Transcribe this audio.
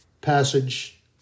passage